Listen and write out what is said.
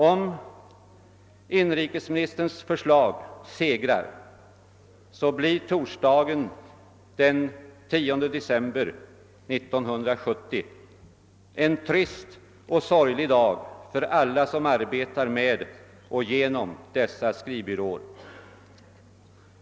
Om inrikesministerns förslag segrar blir torsdagen den 19 december 1970 en trist och sorglig dag för alla som arbetar med och genom dessa skrivbyråer.